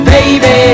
Baby